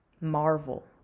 marvel